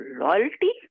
loyalty